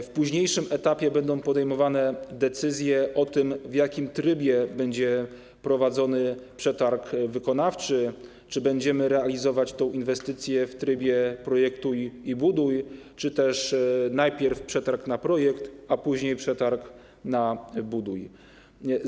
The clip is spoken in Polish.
Na późniejszym etapie będą podejmowane decyzje o tym, w jakim trybie będzie prowadzony przetarg wykonawczy - czy będziemy realizować tę inwestycję w trybie „projektuj i buduj”, czy też najpierw będzie przetarg na projekt, a później przetarg na budowę.